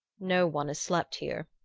no one has slept here,